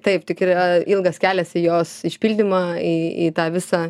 taip tik yra ilgas kelias į jos išpildymą į į tą visą